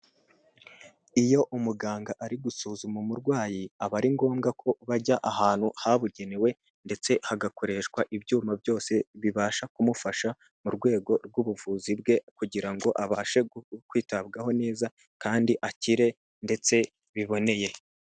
Iyo umuganga ari gusuzuma umurwayi aba ari ngombwa ko bajya ahantu habugenewe ndetse hagakoreshwa ibyuma byose bibasha kumufasha mu rwego rw'ubuvuzi bwe kugira ngo abashe kwitabwaho neza kandi akire ndetse biboneye.